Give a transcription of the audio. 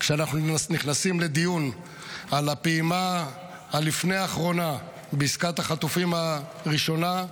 כשאנחנו נכנסים לדיון על הפעימה הלפני אחרונה בעסקת החטופים הראשונה,